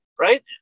right